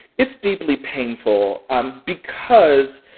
it's deeply painful um because,